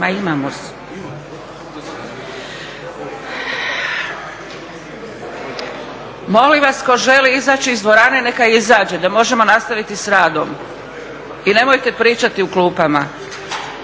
zakon. Molim vas tko želi izaći iz dvorane neka izađe da možemo nastaviti sa radom i nemojte pričati u klupama.